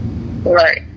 right